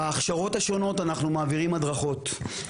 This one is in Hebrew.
בהכשרות השונות אנחנו מעבירים הדרכות.